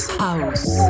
house